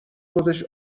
خودش